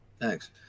Thanks